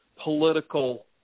political